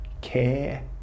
care